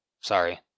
sorry